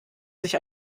sich